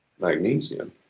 magnesium